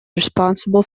responsible